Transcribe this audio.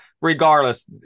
Regardless